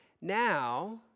Now